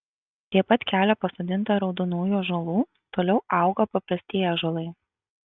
prie pat kelio pasodinta raudonųjų ąžuolų toliau auga paprastieji ąžuolai